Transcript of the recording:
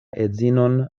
edzinon